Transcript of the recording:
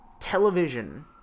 Television